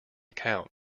account